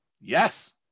yes